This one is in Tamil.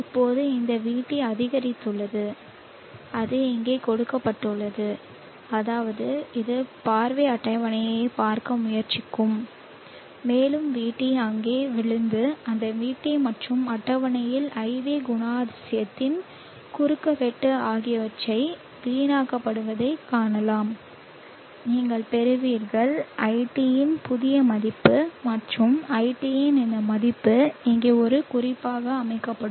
இப்போது இந்த vT அதிகரித்துள்ளது அது இங்கே கொடுக்கப்பட்டுள்ளது அதாவது இது பார்வை அட்டவணையைப் பார்க்க முயற்சிக்கும் மேலும் vT அங்கே விழுந்து அந்த vT மற்றும் அட்டவணையின் IV குணாதிசயத்தின் குறுக்குவெட்டு ஆகியவற்றில் வீணடிக்கப்படுவதைக் காணலாம் நீங்கள் பெறுவீர்கள் iT இன் புதிய மதிப்பு மற்றும் iT இன் இந்த மதிப்பு இங்கே ஒரு குறிப்பாக அமைக்கப்படும்